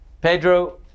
Pedro